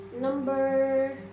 Number